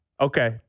Okay